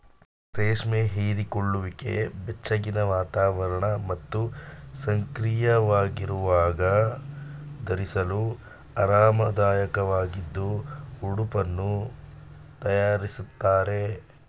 ರೇಷ್ಮೆ ಹೀರಿಕೊಳ್ಳುವಿಕೆ ಬೆಚ್ಚಗಿನ ವಾತಾವರಣ ಮತ್ತು ಸಕ್ರಿಯವಾಗಿರುವಾಗ ಧರಿಸಲು ಆರಾಮದಾಯಕವಾಗಿದ್ದು ಉಡುಪನ್ನು ತಯಾರಿಸ್ತಾರೆ